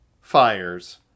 fires